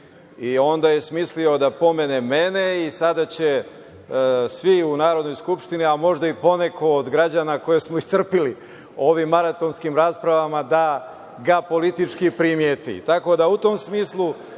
i onda je smislio dapomene mene. Sada će svi u Narodnoj skupštini, a možda po neko od građana koje smo iscrpeli ovim maratonskim raspravama, da ga politički primeti.U